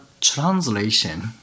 translation